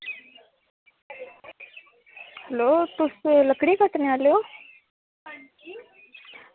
hello